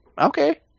okay